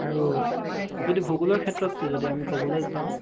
আৰু যদি ভূগোলৰ ক্ষেত্ৰত যদি আমি ক'বলৈ যাওঁ